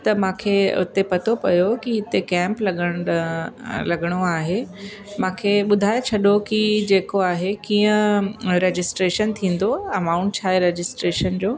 त मूंखे उते पतो पियो की हिते कैंप लॻणु लॻिणो आहे मूंखे ॿुधाए छॾो की जेको आहे कीअं रजिस्ट्रेशन थींदो अमाउंट छा आहे रजिस्ट्रेशन जो